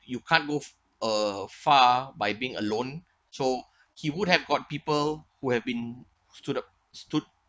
you can't go uh far by being alone so he would have got people who have been stood up stood